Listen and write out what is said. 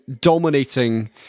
dominating